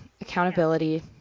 accountability